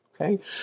Okay